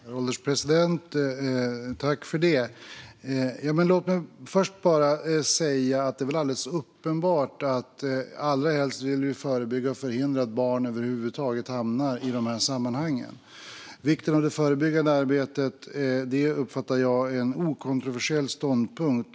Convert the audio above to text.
Herr ålderspresident! Låt mig först säga att det är alldeles uppenbart att vi allra helst vill förebygga och förhindra att barn över huvud taget hamnar i de här sammanhangen. Vikten av det förebyggande arbetet är, uppfattar jag, en okontroversiell ståndpunkt.